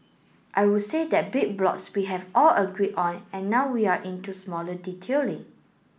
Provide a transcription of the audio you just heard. I would say that big blocks we have all agreed on and now we're into smaller detailing